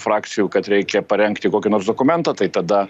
frakcijų kad reikia parengti kokį nors dokumentą tai tada